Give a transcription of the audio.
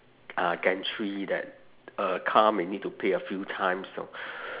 uh gantry that a car may need to pay a few times so